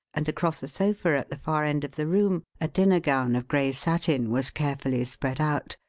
and across a sofa at the far end of the room, a dinner gown of gray satin was carefully spread out,